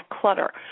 clutter